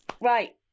Right